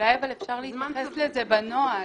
אולי אפשר להתייחס לזה בנוהל.